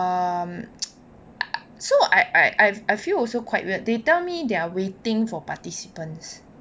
um so I I feel also quite weird they tell me they are waiting for participants